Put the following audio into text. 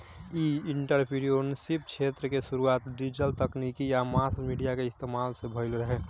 इ एंटरप्रेन्योरशिप क्षेत्र के शुरुआत डिजिटल तकनीक आ मास मीडिया के इस्तमाल से भईल रहे